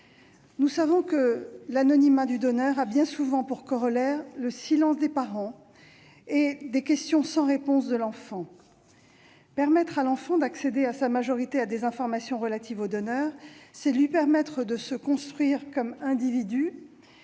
Nous savons que l'anonymat du donneur a bien souvent pour corollaire le silence des parents et des questions sans réponse de l'enfant. Permettre à l'enfant d'accéder à sa majorité à des informations relatives au donneur, c'est lui permettre de se construire comme individu,